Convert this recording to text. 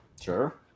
Sure